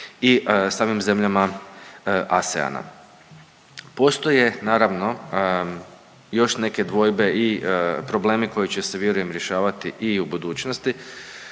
i samim zemljama ASEAN-a. Postoje naravno još neke dvojbe i problemi koji će se vjerujem rješavati i u budućnosti.